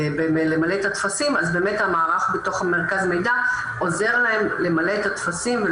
בלמלא את הטפסים אז המערך במרכז המידע עוזר להם למלא את הטפסים.